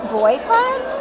boyfriend